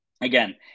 again